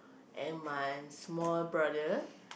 and my small brother